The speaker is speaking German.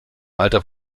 alter